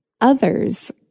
others